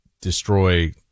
destroy